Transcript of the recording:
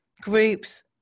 groups